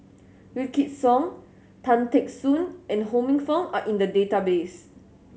Wykidd Song Tan Teck Soon and Ho Minfong are in the database